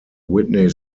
whitney